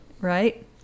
Right